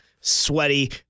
sweaty